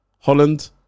Holland